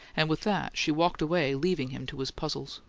and with that she walked away, leaving him to his puzzles.